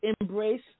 embrace